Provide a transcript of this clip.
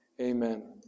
amen